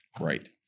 Right